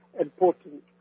important